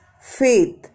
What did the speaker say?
faith